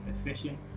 efficient